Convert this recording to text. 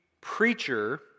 preacher